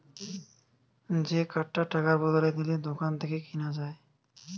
যে কার্ডটা টাকার বদলে দিলে দোকান থেকে কিনা যায়